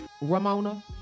Ramona